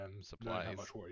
Supplies